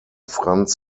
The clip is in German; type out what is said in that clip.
franz